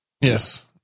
Yes